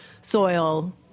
soil